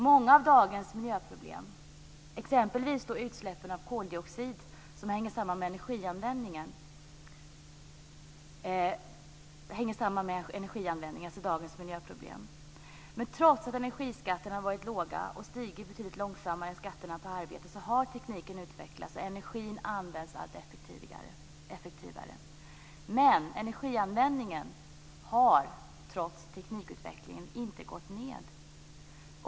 Många av dagens miljöproblem, t.ex. utsläppen av koldioxid, hänger samman med energianvändningen. Trots att energiskatterna har varit låga och stigit betydligt långsammare än skatterna på arbete har tekniken utvecklats, och energin används allt effektivare. Men energianvändningen har, trots teknikutvecklingen, inte minskat.